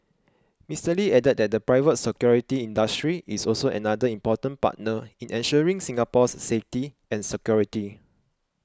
Mister Lee added that the private security industry is also another important partner in ensuring Singapore's safety and security